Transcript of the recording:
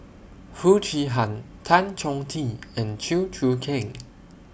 Foo Chee Han Tan Chong Tee and Chew Choo Keng